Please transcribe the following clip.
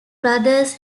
brothers